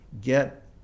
get